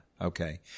okay